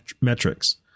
metrics